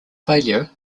failure